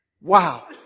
wow